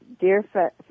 dear